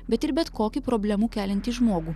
bet ir bet kokį problemų keliantį žmogų